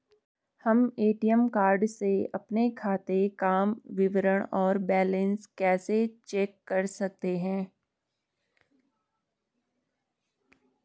हम ATM card से अपने खाते काम विवरण और बैलेंस कैसे चेक कर सकते हैं?